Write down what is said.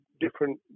different